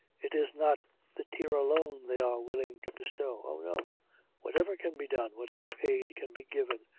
it is not the tear alone they are willing to bestow oh no whatever can be done, whatever aid can be given,